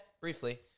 briefly